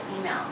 email